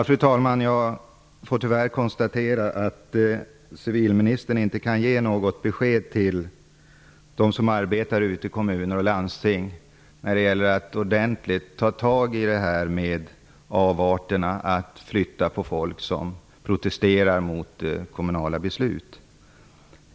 Fru talman! Jag får tyvärr konstatera att civilministern inte kan ge något besked till dem som arbetar i kommuner och landsting i fråga om att ordentligt ta itu med avarterna av att flytta på folk som protesterar mot kommunala beslut.